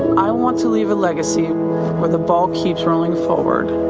i want to leave a legacy where the ball keeps rolling forward,